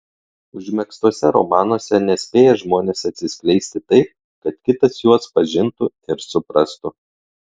užmegztuose romanuose nespėja žmonės atsiskleisti taip kad kitas juos pažintų ir suprastų